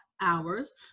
hours